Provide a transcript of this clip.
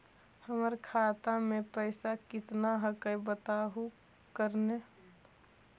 हमर खतवा में पैसा कितना हकाई बताहो करने?